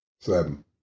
Seven